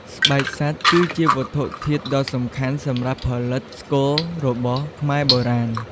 ស្បែកសត្វ គឺជាវត្ថុធាតុដ៏សំខាន់សម្រាប់ផលិតស្គររបស់ខ្មែរបុរាណ។